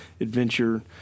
adventure